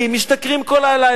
משתכרים כל הלילה,